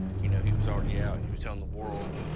you know, he was already out. he was telling the world,